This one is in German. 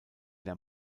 der